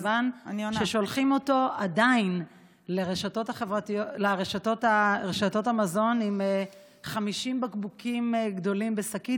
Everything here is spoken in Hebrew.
מכיוון ששולחים אותו עדיין לרשתות המזון עם 50 בקבוקים גדולים בשקית,